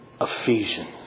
Ephesians